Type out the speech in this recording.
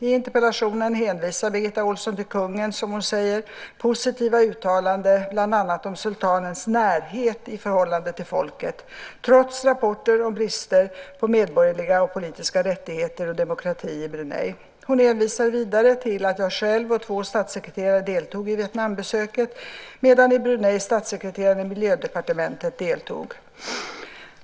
I interpellationen hänvisar Birgitta Ohlsson till kungens, som hon säger, positiva uttalande bland annat om sultanens närhet i förhållande till folket, trots rapporter om bristen på medborgerliga och politiska rättigheter och demokrati i Brunei. Hon hänvisar vidare till att jag själv och två statssekreterare deltog i Vietnambesöket, medan i Brunei statssekreteraren i Miljödepartementet deltog.